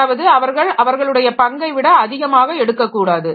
அதாவது அவர்கள் அவர்களுடைய பங்கை விட அதிகமாக எடுக்கக்கூடாது